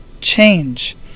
change